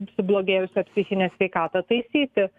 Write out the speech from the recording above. sublogėjusią psichinę sveikatą taisyti